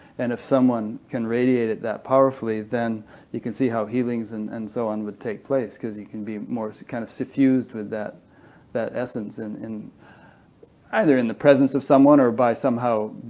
and if someone can radiate it that powerfully, then you can see how healings and and so on would take place, because you can be more kind of suffused with that that essence and either in the presence of someone or by somehow